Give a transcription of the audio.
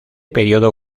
periodo